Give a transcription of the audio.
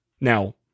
Now